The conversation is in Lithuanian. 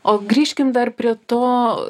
o grįžkim dar prie to